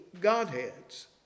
godheads